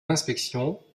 inspection